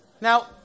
Now